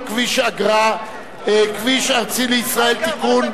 כביש אגרה (כביש ארצי לישראל) (תיקון,